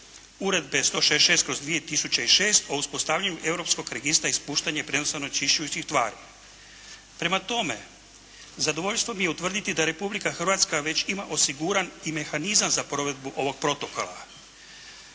Uredbe 166/2006 o uspostavljanju europskog registra ispuštanja i prijenosa onečišćujućih tvari. Prema tome zadovoljstvo mi je utvrditi da Republika Hrvatska već ima osiguran i mehanizam za provedbu ovog Protokola.